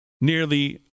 nearly